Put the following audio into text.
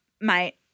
Mate